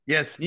Yes